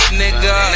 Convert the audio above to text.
nigga